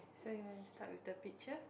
so you want to start with the picture